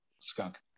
skunk